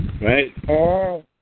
Right